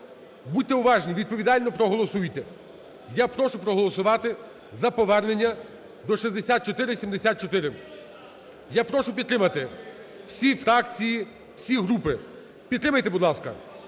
Будьте уважні, відповідально проголосуйте. Я прошу проголосувати за повернення до 6474. Я прошу підтримати. Всі фракції, всі групи, підтримайте, будь ласка.